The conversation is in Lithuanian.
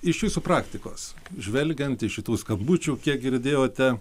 iš jūsų praktikos žvelgiant iš šitų skambučių kiek girdėjote